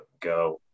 go